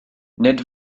nid